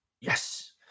yes